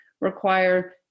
require